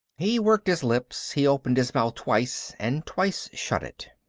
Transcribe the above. he worked his lips. he opened his mouth twice and twice shut it.